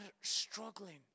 struggling